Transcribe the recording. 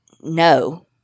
no